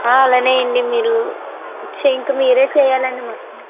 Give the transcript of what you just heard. అలానే అండి మీరు వచ్చి ఇంకా మీరే చేయాలండి మొత్తం